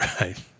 Right